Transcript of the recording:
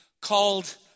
called